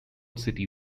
city